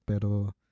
Pero